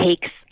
takes